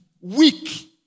weak